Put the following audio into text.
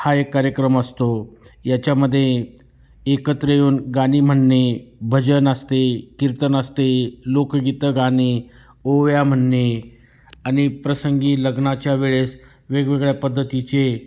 हा एक कार्यक्रम असतो याच्यामध्ये एकत्र येऊन गाणी म्हणणे भजन असते कीर्तन असते लोकगीतं गाणे ओव्या म्हणणे आणि प्रसंगी लग्नाच्या वेळेस वेगवेगळ्या पद्धतीचे